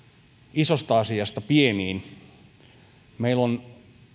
isosta asiasta pieniin meillä on